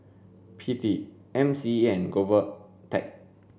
P T M C E and GOVTECH